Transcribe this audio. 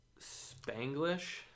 Spanglish